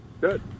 Good